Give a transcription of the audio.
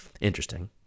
interesting